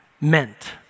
meant